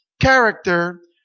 character